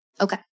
Okay